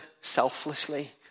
selflessly